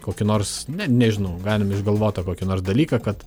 kokį nors ne nežinau galim išgalvotą kokį nors dalyką kad